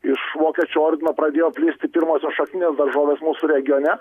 iš vokiečių ordino pradėjo plisti pirmosios šakninės daržovės mūsų regione